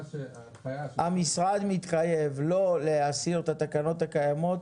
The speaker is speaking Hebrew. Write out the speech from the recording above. --- המשרד מתחייב לא להסיר את התקנות הקיימות